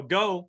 go